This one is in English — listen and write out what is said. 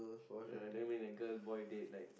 ya then with a girl boy date like